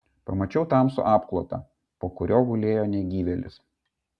pamačiau tamsų apklotą po kuriuo gulėjo negyvėlis